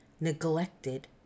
neglected